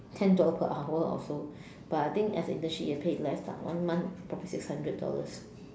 ten dollar per hour or so but I think as an internship you're paid less lah one month probably six hundred dollars